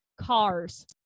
cars